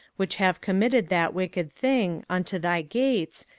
which have committed that wicked thing, unto thy gates,